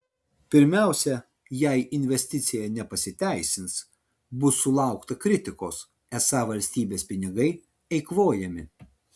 pirmiausia jei investicija nepasiteisins bus sulaukta kritikos esą valstybės pinigai eikvojami